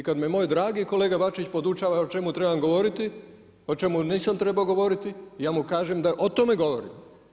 I kad me moj dragi kolega Bačić podučava o čemu trebam govoriti, o čemu nisam trebao govoriti, ja mu kažem da o tome govorim.